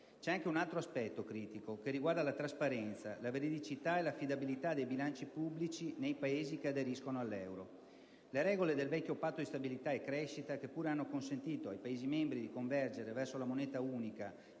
C'è anche un altro aspetto critico, che riguarda la trasparenza, la veridicità e l'affidabilità dei bilanci pubblici nei Paesi che aderiscono all'euro. Le regole del vecchio Patto di stabilità e crescita, che pure hanno consentito ai Paesi membri di convergere verso la moneta unica,